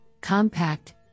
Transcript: compact